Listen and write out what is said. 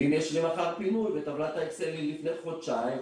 ואם יש לי מחר פינוי וטבלת האקסל היא לפני חודשיים,